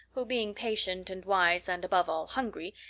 who, being patient and wise and, above all, hungry,